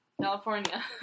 California